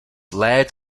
lead